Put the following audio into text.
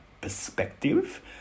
perspective